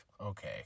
okay